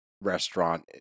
restaurant